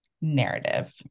narrative